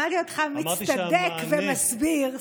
שמעתי אותך מצטדק ומסביר,